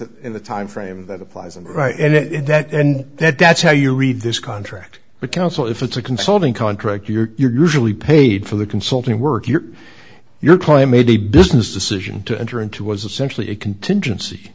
it in the time frame that applies and right and that and that that's how you read this contract but counsel if it's a consulting contract you are usually paid for the consulting work you or your client made a business decision to enter into was essentially a contingency